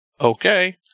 Okay